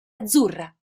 azzurra